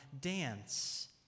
dance